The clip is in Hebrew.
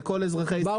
לכל אזרחי ישראל להגיש,